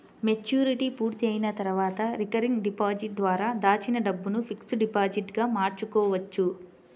maturity పూర్తయిన తర్వాత recurring deposit ద్వారా దాచిన డబ్బును ఫిక్స్డ్ డిపాజిట్ గా మార్చుకోవచ్చు